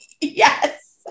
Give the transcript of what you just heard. Yes